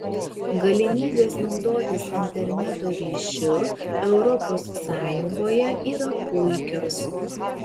galimybės naudotis interneto ryšiu europos sąjungoje yra puikios